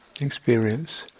experience